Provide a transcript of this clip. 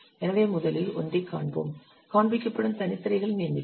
எனவே முதலில் ஒன்றைக் காண்போம் காண்பிக்கப்படும் தனித் திரைகளின் எண்ணிக்கை